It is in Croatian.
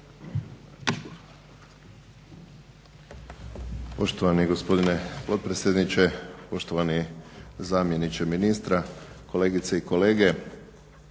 Poštovani gospodine potpredsjedniče, poštovani zamjeniče ministra, kolegice i kolege.